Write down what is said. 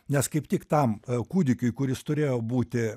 nes kaip tik tam kūdikiui kuris turėjo būti